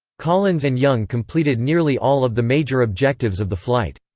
collins and young completed nearly all of the major objectives of the flight.